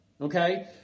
okay